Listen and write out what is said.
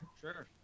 Sure